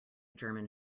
german